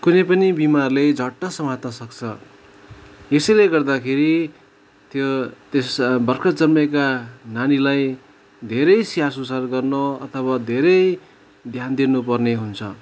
कुनैपनि बिमारले झट्ट समात्न सक्छ यसैले गर्दाखेरि त्यो त्यस भर्खर जन्मेका नानीलाई धेरै स्याहार सुसार गर्न अथवा धेरै ध्यान दिनुपर्ने हुन्छ